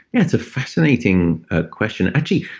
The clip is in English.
yeah it's a fascinating ah question. actually,